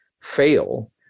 fail